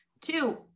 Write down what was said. two